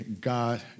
God